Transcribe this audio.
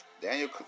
Daniel